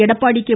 Edappadi K